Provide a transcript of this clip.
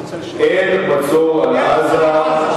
אין מצור על עזה.